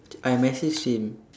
I messaged him